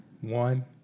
One